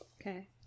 Okay